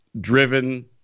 driven